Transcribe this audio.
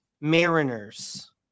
Mariners